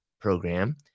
program